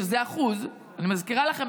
שזה 1% אני מזכירה לכם,